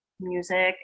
music